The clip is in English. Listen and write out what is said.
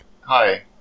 hi